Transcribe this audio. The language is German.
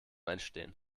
entstehen